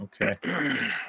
okay